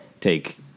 take